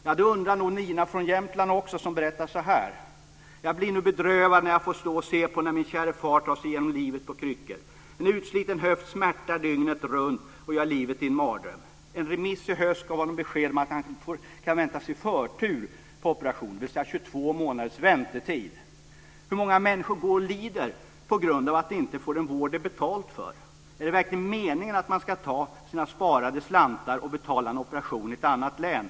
Det undrar nog Nina från Jämtland som berättar följande: "Jag blir nu bedrövad när jag får stå och se på när min käre far tar sig genom livet på kryckor. En utsliten höft smärtar dygnet runt och gör livet till en mardröm. En remiss i höst gav honom beskedet att han kan vänta sig att få förtur på operation, det vill säga 22 månaders väntetid. Hur många människor går och lider på grund av att de inte får den vård de betalat för? Är det verkligen meningen att de ska ta sina sparade slantar och betala en operation i ett annat län?"